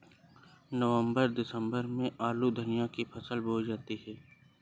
नवम्बर दिसम्बर में आलू धनिया की फसल बोई जाती है?